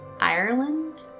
ireland